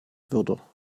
wörter